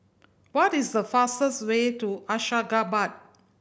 what is the fastest way to Ashgabat